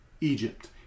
Egypt